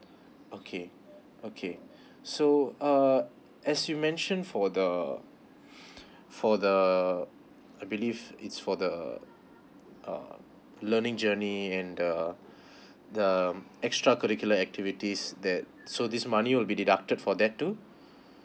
okay okay so uh as you mentioned for the for the I believe it's for the uh learning journey and the the extra curricular activities that so this money will be deducted for that too